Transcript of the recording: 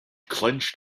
clenched